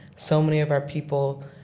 so many of our people,